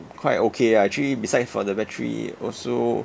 quite okay ah actually besides for the battery also